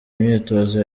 myitozo